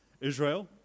Israel